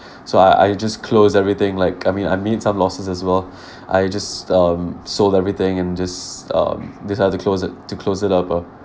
so I I just closed everything like I mean I made some losses as well I just um sold everything and just um decide to close it to close it up ah